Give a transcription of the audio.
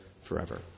forever